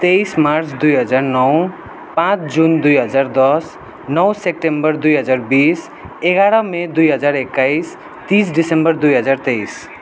तेइस मार्च दुई हजार नौ पाँच जुन दुई हजार दस नौ सेप्टेम्बर दुई हजार बिस एघार मे दुई हजार एक्काइस तिस दिसम्बर दुई हजार तेइस